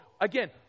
again